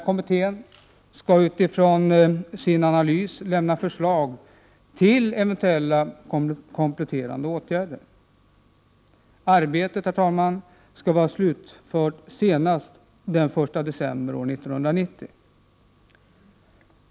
Kommittén skall utifrån sin analys lämna förslag till eventuella kompletterande åtgärder. Arbetet skall vara slutfört senast den 1 december 1990.